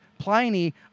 Pliny